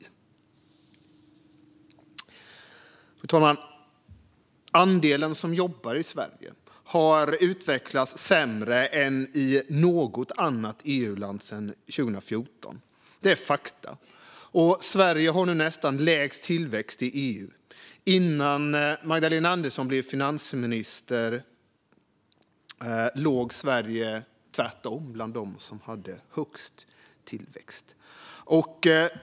Fru talman! Andelen som jobbar i Sverige har utvecklats sämre än i något annat EU-land sedan 2014. Det är fakta. Sverige har nu nästan lägst tillväxt i EU. Innan Magdalena Andersson blev finansminister låg Sverige tvärtom bland dem som hade högst tillväxt.